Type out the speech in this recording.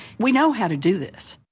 we know how to do this.